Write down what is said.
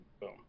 boom